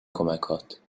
کمکهات